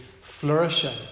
flourishing